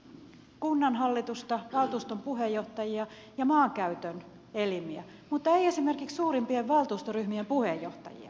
se koskee kunnanhallitusta valtuuston puheenjohtajia ja maankäytön elimiä mutta ei esimerkiksi suurimpien valtuustoryhmien puheenjohtajia